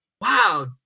wow